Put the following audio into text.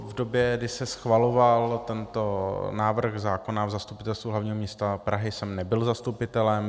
V době, kdy se schvaloval tento návrh zákona na Zastupitelstvu hlavního města Prahy, jsem nebyl zastupitelem.